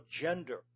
gender